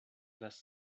las